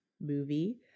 movie